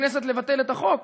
לכנסת לבטל את החוק.